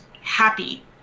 happy